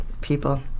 people